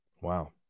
Wow